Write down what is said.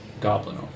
Goblin